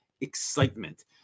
excitement